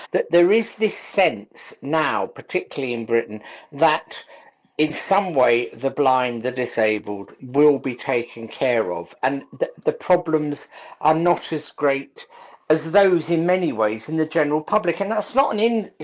that there is this sense now particularly in britain that in some way the blind, the disabled will be taking care of. and the the problems are not as great as those in many ways than the general public and that's not an in.